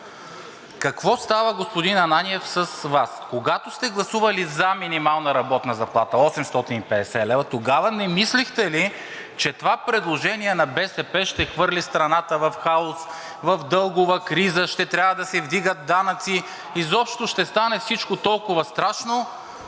Какво става, господин Ананиев, с Вас? Когато сте гласували за минимална работна заплата 850 лв., тогава не мислехте ли, че това предложение на БСП ще хвърли страната в хаос, в дългова криза, ще трябва да се вдигат данъци, изобщо ще стане всичко толкова страшно,